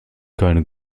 keine